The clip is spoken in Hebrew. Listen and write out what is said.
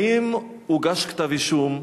האם הוגש כתב אישום?